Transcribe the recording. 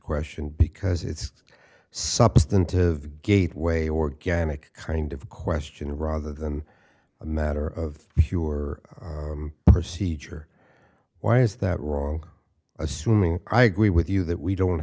question because it's a substantive gateway organic kind of question rather than a matter of pure perceived her why is that wrong assuming i agree with you that we don't